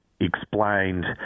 explained